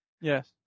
Yes